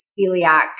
celiac